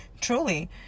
truly